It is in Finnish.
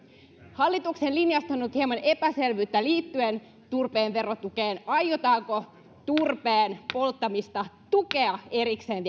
hallituksen linjasta on ollut hieman epäselvyyttä liittyen turpeen verotukeen aiotaanko turpeen polttamista tukea erikseen